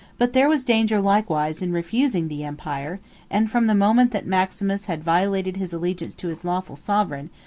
but there was danger likewise in refusing the empire and from the moment that maximus had violated his allegiance to his lawful sovereign,